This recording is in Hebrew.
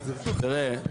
תראה,